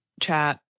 chat